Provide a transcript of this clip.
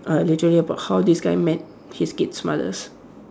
uh literally about how this guy met his kid's mothers